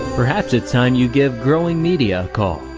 perhaps it's time you give growing media a call.